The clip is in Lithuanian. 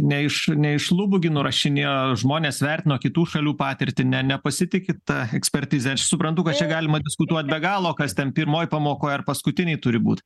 ne iš ne iš lubų gi nurašinėjo žmonės vertino kitų šalių patirtį ne nepasitikit ta ekspertize aš suprantu kad čia galima diskutuot be galo kas ten pirmoj pamokoj ar paskutinėj turi būt